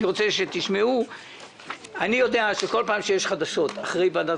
אני יודע שבכל פעם שיש חדשות אחרי ישיבת ועדת